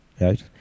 right